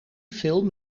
film